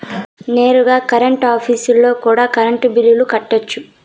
నేరుగా కరెంట్ ఆఫీస్లో కూడా కరెంటు బిల్లులు కట్టొచ్చు